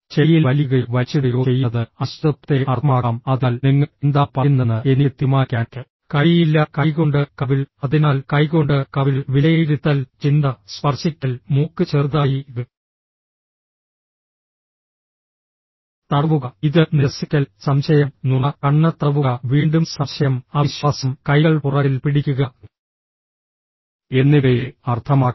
ചെവിയിൽ വലിക്കുകയോ വലിച്ചിടുകയോ ചെയ്യുന്നത് അനിശ്ചിതത്വത്തെ അർത്ഥമാക്കാം അതിനാൽ നിങ്ങൾ എന്താണ് പറയുന്നതെന്ന് എനിക്ക് തീരുമാനിക്കാൻ കഴിയില്ല കൈകൊണ്ട് കവിൾ അതിനാൽ കൈകൊണ്ട് കവിൾ വിലയിരുത്തൽ ചിന്ത സ്പർശിക്കൽ മൂക്ക് ചെറുതായി തടവുക ഇത് നിരസിക്കൽ സംശയം നുണ കണ്ണ് തടവുക വീണ്ടും സംശയം അവിശ്വാസം കൈകൾ പുറകിൽ പിടിക്കുക എന്നിവയെ അർത്ഥമാക്കാം